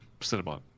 cinnamon